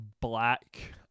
black